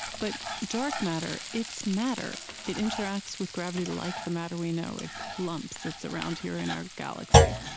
but dark matter, it's matter. it interacts with gravity like the matter we know. it clumps. it's around here, in our galaxy.